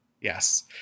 yes